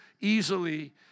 easily